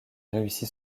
réussi